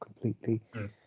completely